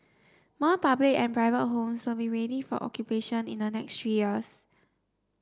more public and private homes will be ready for occupation in the next three years